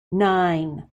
nine